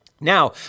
Now